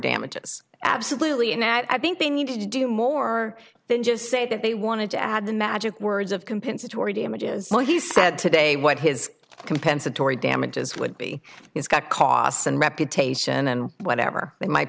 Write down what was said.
damages absolutely and i think they needed to do more than just say that they wanted to add the magic words of compensatory damages so he said today what his compensatory damages would be it's got costs and reputation and whatever that might